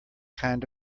kind